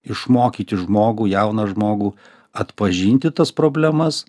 išmokyti žmogų jauną žmogų atpažinti tas problemas